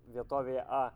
vietovėje a